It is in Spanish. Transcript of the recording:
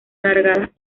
alargadas